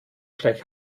gleich